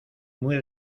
muy